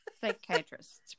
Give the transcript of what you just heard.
Psychiatrists